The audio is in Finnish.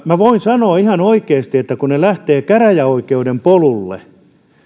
minä voin sanoa ihan oikeasti että kun ne lähtevät käräjäoikeuden polulle